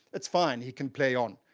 it's fine, he can play on.